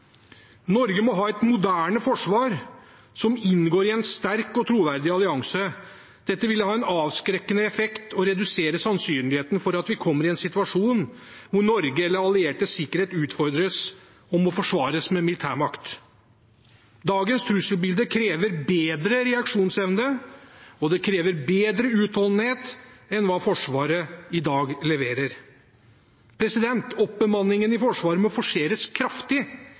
Norge må ha et moderne forsvar som inngår i en sterk og troverdig allianse. Dette ville ha en avskrekkende effekt og redusere sannsynligheten for at vi kommer i en situasjon hvor Norge eller alliertes sikkerhet utfordres og må forsvares med militærmakt. Dagens trusselbilde krever bedre reaksjonsevne, og det krever bedre utholdenhet enn Forsvaret i dag leverer. Oppbemanningen i Forsvaret må forseres kraftig,